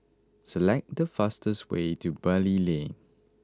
select the fastest way to Bali Lane